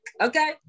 okay